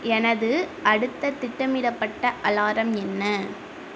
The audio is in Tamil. எனது அடுத்த திட்டமிடப்பட்ட அலாரம் என்ன